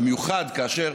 במיוחד כאשר,